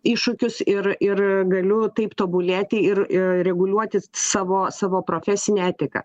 iššūkius ir ir galiu taip tobulėti ir reguliuoti savo savo profesinę etiką